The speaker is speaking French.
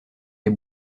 des